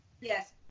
Yes